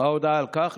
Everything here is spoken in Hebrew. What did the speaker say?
ההודעה על כך,